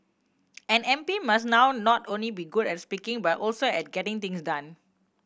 an M P must now not only be good at speaking but also at getting things done